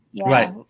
right